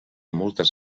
moltes